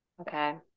Okay